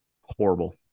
horrible